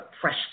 fresh